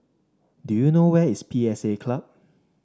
do you know where is P S A Club